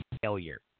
failure